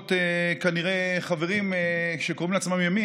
כנראה בעקבות חברים שקוראים לעצמם ימין